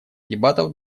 дебатов